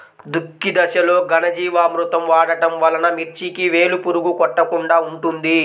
దుక్కి దశలో ఘనజీవామృతం వాడటం వలన మిర్చికి వేలు పురుగు కొట్టకుండా ఉంటుంది?